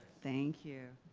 thank you.